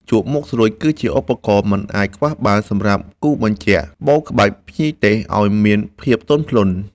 ជក់មុខស្រួច គឺជាឧបករណ៍មិនអាចខ្វះបានសម្រាប់គូសបញ្ជាក់ក្បូរក្បាច់ភ្ញីទេសឱ្យមានភាពទន់ភ្លន់។